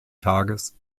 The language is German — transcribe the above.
tages